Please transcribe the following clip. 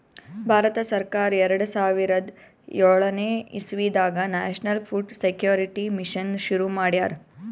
ಭಾರತ ಸರ್ಕಾರ್ ಎರಡ ಸಾವಿರದ್ ಯೋಳನೆ ಇಸವಿದಾಗ್ ನ್ಯಾಷನಲ್ ಫುಡ್ ಸೆಕ್ಯೂರಿಟಿ ಮಿಷನ್ ಶುರು ಮಾಡ್ಯಾರ್